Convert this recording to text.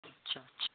अच्छा अच्छा